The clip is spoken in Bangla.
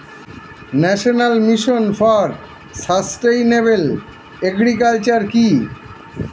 National mission for sustainable agriculture কি?